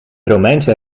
romeinse